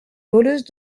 voleuse